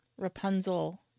Rapunzel